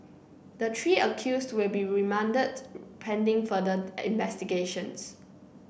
the three accused will be remanded pending further investigations